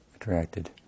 attracted